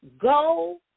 Go